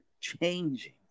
changing